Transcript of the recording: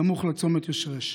סמוך לצומת ישרש.